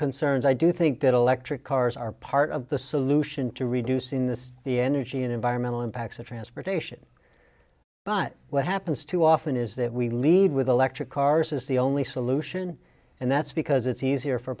concerns i do think that electric cars are part of the solution to reducing the energy and environmental impacts of transportation but what happens too often is that we lead with electric cars is the only solution and that's because it's easier for